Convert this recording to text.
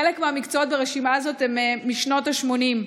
חלק מהמקצועות ברשימה הזאת הם משנות השמונים.